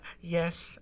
Yes